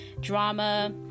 Drama